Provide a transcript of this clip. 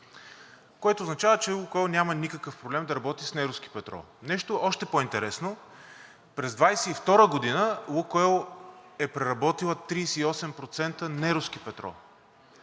което означава, че „Лукойл“ няма никакъв проблем да работи с неруски петрол. Нещо още по-интересно. През 2022 г. „Лукойл“ е преработила 38% неруски петрол,